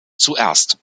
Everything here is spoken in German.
zuerst